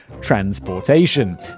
transportation